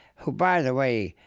who by the way,